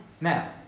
Now